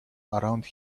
around